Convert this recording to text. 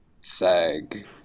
SAG